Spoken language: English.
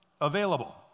available